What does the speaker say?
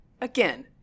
Again